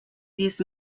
diez